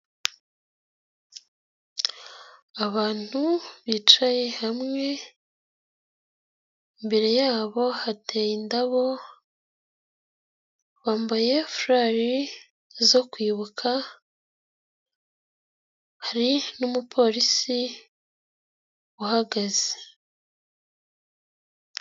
Abantu bicaye hamwe, imbere yabo hateye indabo, bambaye furari zo kwibuka hari n'umupolisi uhagaze.